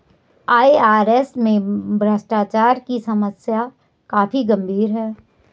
IRS में भ्रष्टाचार की समस्या काफी गंभीर है